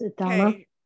Okay